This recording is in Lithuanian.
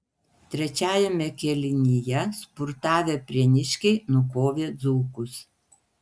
trečiajame kėlinyje spurtavę prieniškiai nukovė dzūkus